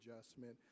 adjustment